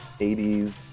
80s